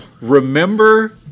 Remember